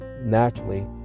naturally